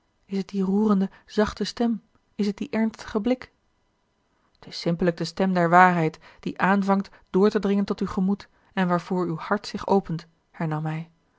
is t die roerende zachte stem is t die ernstige blik t is simpellijk de stem der waarheid die aanvangt door te dringen tot uw gemoed en waarvoor uw hart zich opent hernam hij